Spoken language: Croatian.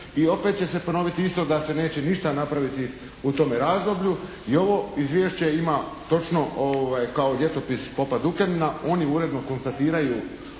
i opet će se ponoviti isto da se neće ništa napraviti u tome razdoblju i ovo izvješće ima točno kao ljetopis popa Dukanina, oni je uredno konstatiraju